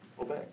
obey